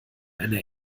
eine